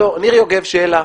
יוגב, שאלה.